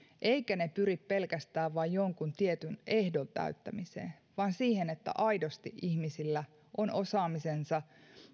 eivätkä ne pyri pelkästään vain jonkun tietyn ehdon täyttämiseen vaan siihen että ihmisillä on aidosti osaamisensa